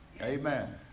Amen